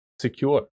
secure